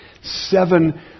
seven